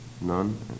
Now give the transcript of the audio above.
none